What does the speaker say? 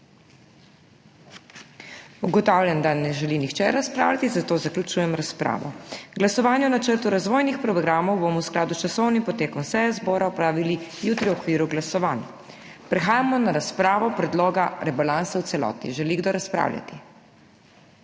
Ugotavljam, da ne želi nihče razpravljati, zato zaključujem razpravo. Glasovanje o Načrtu razvojnih programov bomo v skladu s časovnim potekom seje zbora opravili jutri v okviru glasovanj. Prehajamo na razpravo Predloga rebalansa v celoti. Želi kdo razpravljati?